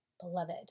Beloved